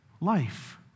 life